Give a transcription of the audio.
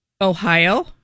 Ohio